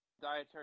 dietary